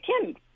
kim